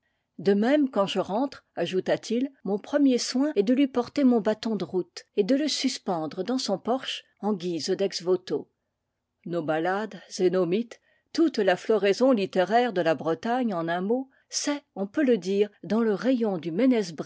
de même quand je rentre ajouta-t-il mon premier soin est de lui porter mon bâton de route et de le suspendre dans son porche en guise dex voto nos ballades et nos mythes toute la floraison littéraire de la bretagne en un mot c'est on peut le dire dans le rayon du